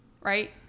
Right